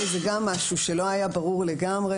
זה גם משהו שלא היה ברור לגמרי,